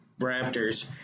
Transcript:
Raptors